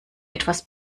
etwas